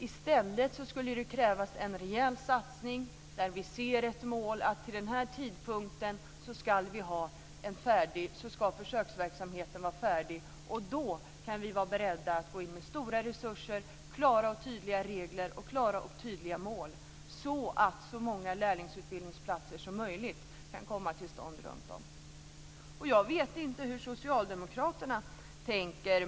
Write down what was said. I stället skulle det krävas en rejäl satsning där vi ser ett mål - till den här tidpunkten ska försöksverksamheten vara färdig. Då kan vi vara beredda att gå in med stora resurser, klara och tydliga regler och klara och tydliga mål. På det viset kan så många lärlingsutbildningsplatser som möjligt komma till stånd runt om i landet. Jag vet inte hur socialdemokraterna tänker.